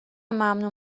ممنون